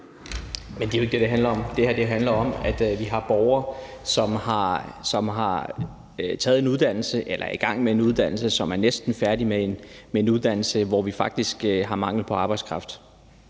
Men det er jo ikke det handler om. Det her handler om, at vi har borgere, som har taget en uddannelse, som er i gang med en uddannelse, eller som næsten er færdige med en uddannelse inden for noget, hvor vi faktisk har mangel på arbejdskraft.